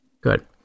Good